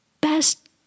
best